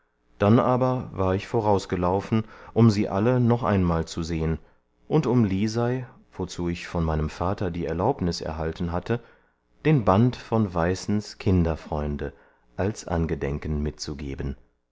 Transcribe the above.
dann aber war ich vorausgelaufen um sie alle noch einmal zu sehen und um lisei wozu ich von meinem vater die erlaubnis erhalten hatte den band von weißens kinderfreunde als angedenken mitzugeben